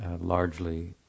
largely